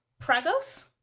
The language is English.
Pragos